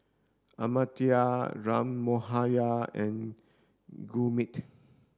Amartya Ram Manohar and Gurmeet